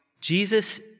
Jesus